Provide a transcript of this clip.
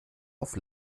auf